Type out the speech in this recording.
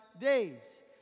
days